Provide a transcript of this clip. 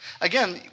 Again